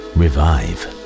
revive